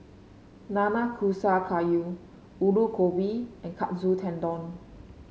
Nanakusa Gayu Alu Gobi and Katsu Tendon